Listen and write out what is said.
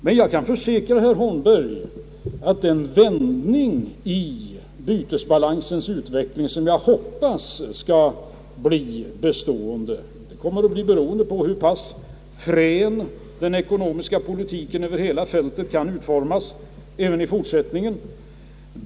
Men jag kan försäkra herr Holmberg att den vändning i bytesbalansens utveckling som jag hoppas skall bli bestående det kommer att bli beroende av hur pass fränt den ekonomiska politiken över hela fältet kan utformas även i fortsättningen.